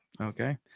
Okay